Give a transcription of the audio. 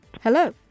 Hello